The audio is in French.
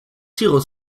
tire